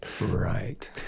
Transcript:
right